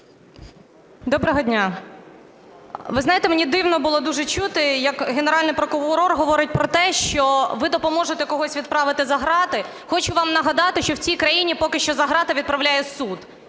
Доброго дня. Ви знаєте, мені дивно було дуже чути як Генеральний прокурор говорить про те, що ви допоможете когось відправити за ґрати. Хочу вам нагадати, що в цій країні поки що за ґрати відправляє суд.